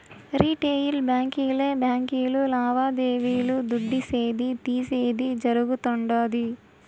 retail బాంకీలే బాంకీలు లావాదేవీలు దుడ్డిసేది, తీసేది జరగుతుండాది